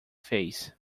fez